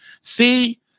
See